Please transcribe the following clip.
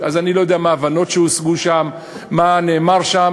אז אני לא יודע מה ההבנות שהושגו שם, מה נאמר שם.